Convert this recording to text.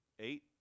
Eight